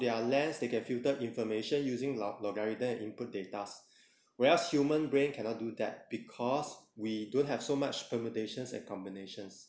there are less they can filter information using lau~ logarithm and input data whereas human brain cannot do that because we don't have so much permutations and combinations